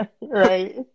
Right